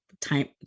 time